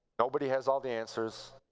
nobody has all the answers.